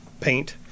paint